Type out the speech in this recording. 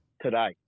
today